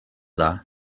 dda